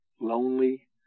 Lonely